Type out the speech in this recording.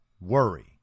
worry